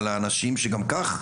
על האנשים שגם כך,